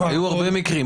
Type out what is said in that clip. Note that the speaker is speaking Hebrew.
היו הרבה מקרים.